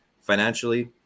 financially